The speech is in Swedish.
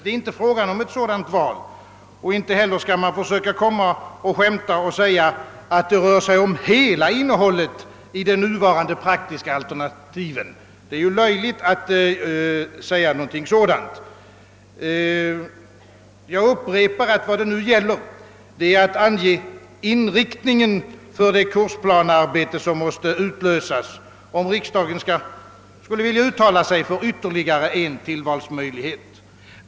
Det är inte fråga om ett sådant val, och inte heller skall man komma och försöka skämta och säga, att det rör sig om hela innehållet i de nuvarande praktiska alternativen. Det är löjligt att säga någonting sådant. Jag upprepar att vad frågan gäller är att ange inriktningen för det kursplanearbete som måste utlösas, om riksdagen skulle vilja uttala sig för ytterligare en tillvalsmöjlighet.